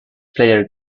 player